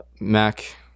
Mac